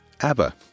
Abba